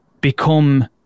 become